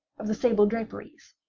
of the sable draperies,